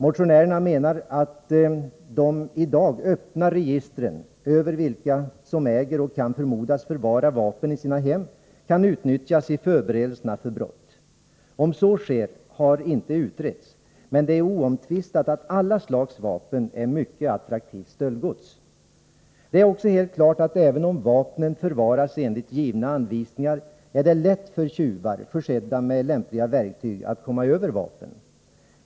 Motionärerna menar att de i dag öppna registren över vilka som äger och kan förmodas förvara vapen i sina hem kan utnyttjas i förberedelserna för brott. Om så sker har inte utretts, men det är oomtvistat att alla slags vapen är mycket attraktivt stöldgods. Det är också helt klart att det, även om vapnen förvaras enligt givna anvisningar, är lätt för vapentjuvar försedda med lämpliga verktyg att komma över vapen.